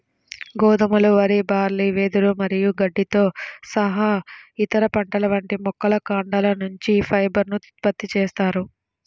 గోధుమలు, వరి, బార్లీ, వెదురు మరియు గడ్డితో సహా ఇతర పంటల వంటి మొక్కల కాండాల నుంచి ఫైబర్ ను ఉత్పత్తి చేస్తారు